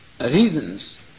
reasons